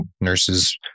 nurses